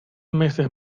meses